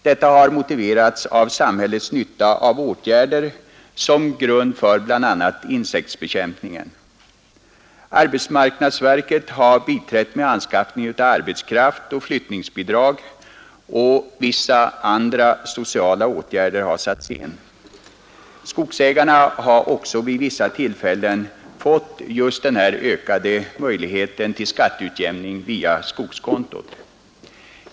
Detta har motiverats av samhällets nytta av åtgärder som grund för bl.a. insektsbekämpningen. Arbetsmarknadsverket har biträtt med anskaffning av arbetskraft och flyttningsbidrag, och vissa andra sociala åtgärder har satts in. Skogsägarna har också vid vissa tillfällen fätt just den här ökade möjligheten till skatteutjämning via skogskontot.